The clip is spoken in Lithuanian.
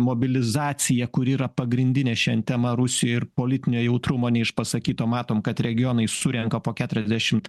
mobilizacija kuri yra pagrindinė šian tema rusijoj ir politinio jautrumo neišpasakyto matom kad regionai surenka po keturiasdešimt